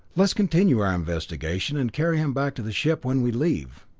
let's continue our investigation and carry him back to the ship when we leave.